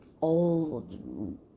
old